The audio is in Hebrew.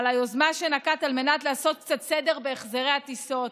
על היוזמה שנקט על מנת לעשות קצת סדר בהחזרי הטיסות.